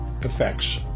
effects